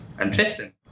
Interesting